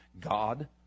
God